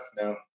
no